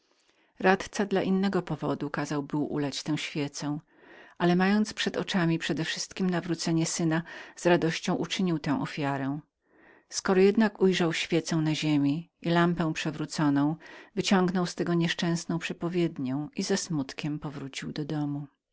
radca dla innego powodu kazał był ulać tę świecę ale mając przed oczami przedewszystkiem nawrócenie syna z radością wypełnił to poświęcenie skoro jednak ujrzał świecę na ziemi i lampę przewróconą wyciągnął z tego nieszczęsną przepowiednię i ze smutkiem powrócił do domu